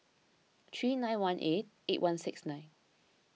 three nine one eight eight one six nine